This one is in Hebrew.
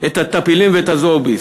את ה"טפילים" וה"זועביז".